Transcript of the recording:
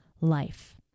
life